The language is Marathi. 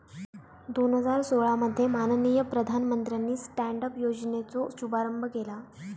दोन हजार सोळा मध्ये माननीय प्रधानमंत्र्यानी स्टॅन्ड अप योजनेचो शुभारंभ केला